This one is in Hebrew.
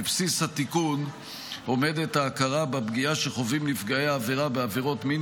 בבסיס התיקון עומדת ההכרה בפגיעה שחווים נפגעי העבירה בעבירות מין